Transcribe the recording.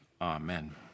Amen